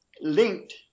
linked